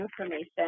information